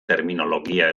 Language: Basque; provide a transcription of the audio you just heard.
terminologia